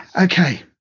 Okay